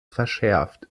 verschärft